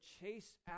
Chase